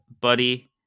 buddy